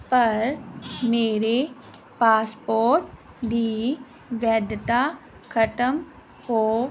ਪਰ ਮੇਰੇ ਪਾਸਪੋਰਟ ਦੀ ਵੈਧਤਾ ਖਤਮ ਹੋ